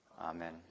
Amen